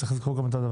צריך לזכור גם את זה,